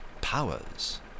powers